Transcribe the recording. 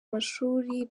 mashuri